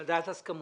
ועדת הסכמות.